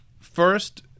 first